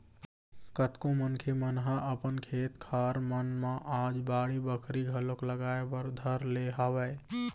कतको मनखे मन ह अपन खेत खार मन म आज बाड़ी बखरी घलोक लगाए बर धर ले हवय